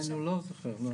אצלנו לא זוכר, לא.